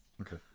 okay